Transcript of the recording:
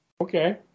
Okay